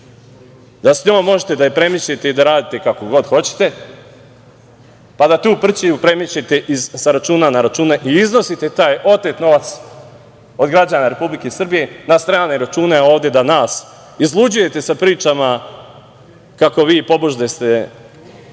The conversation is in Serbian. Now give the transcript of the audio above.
da možete da je premećete i radite kako god hoćete, pa da tu prćiju premećete sa računa na račun i iznosite taj otet novac od građana Republike Srbije na strane račune, ovde da nas izluđujete sa pričama kako ste